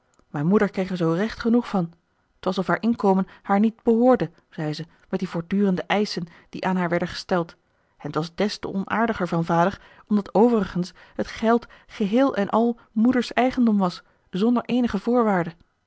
mijn moeder kreeg er zoo recht genoeg van t was of haar inkomen haar niet behoorde zei ze met die voortdurende eischen die aan haar werden gesteld en t was des te onaardiger van vader omdat overigens het geld geheel en al moeder's eigendom was zonder eenige voorwaarde